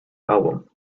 album